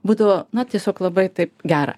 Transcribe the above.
būdavo na tiesiog labai taip gera